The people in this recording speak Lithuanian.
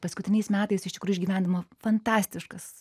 paskutiniais metais iš tikrų išgyvendama fantastiškas